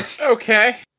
Okay